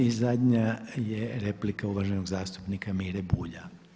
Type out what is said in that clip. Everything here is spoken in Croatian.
I zadnja je replika uvaženog zastupnika Mire Bulja.